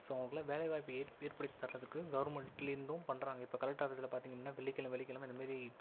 so அவங்களுக்குலாம் வேலை வாய்ப்பு ஏற் ஏற்படுத்தி தரதுக்கு கவர்மெண்ட்லேந்தும் பண்ணுறாங்க இப்போ கலெக்டர் ஆபீஸில் பார்த்திங்கன்னா வெள்ளிக்கிழம வெள்ளிக்கிழம இந்த மேரி